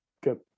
good